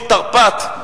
בתרפ"ט,